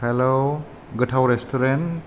hello गोथाव restaurant